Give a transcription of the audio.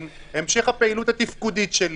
אין פה שום עמדה מקצועית.